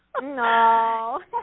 No